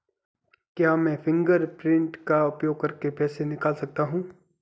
क्या मैं फ़िंगरप्रिंट का उपयोग करके पैसे निकाल सकता हूँ?